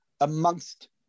amongst